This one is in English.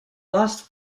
last